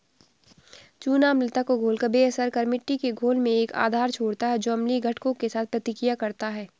चूना अम्लता को घोलकर बेअसर कर मिट्टी के घोल में एक आधार छोड़ता है जो अम्लीय घटकों के साथ प्रतिक्रिया करता है